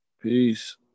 Peace